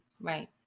Right